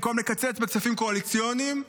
במקום לקצץ בכספים קואליציוניים,